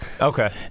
Okay